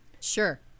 sure